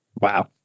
Wow